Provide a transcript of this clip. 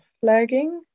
flagging